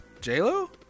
J-Lo